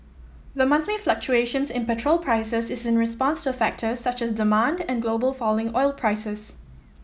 the monthly fluctuations in petrol prices is in response to factors such as demand and global falling oil prices